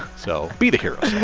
so be the hero.